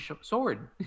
sword